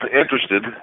interested